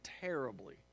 terribly